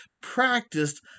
practiced